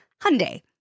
Hyundai